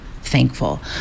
thankful